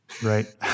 Right